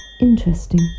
Interesting